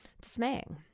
dismaying